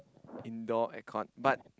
indoor air con but